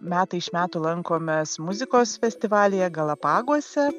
metai iš metų lankomės muzikos festivalyje galapaguose